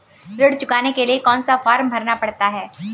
ऋण चुकाने के लिए कौन सा फॉर्म भरना पड़ता है?